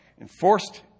enforced